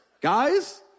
guys